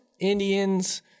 Indians—